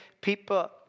people